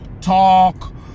talk